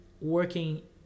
working